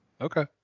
Okay